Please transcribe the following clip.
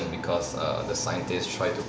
because err the scientist try to